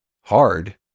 hard